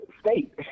state